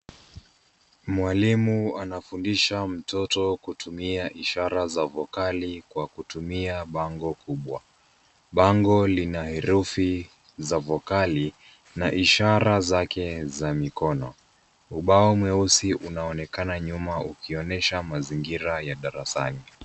Mwalimu anafundisha mtoto kutumia ishara za vokali kwa kutumia bango kubwa. Bango lina herufi za vokali na ishara zake za mikono. Ubao mweusi unaonekana nyuma ukionyesha mazingira ya darasani.